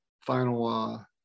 final